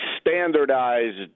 standardized